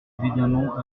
évidemment